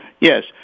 Yes